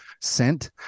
sent